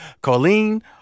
Colleen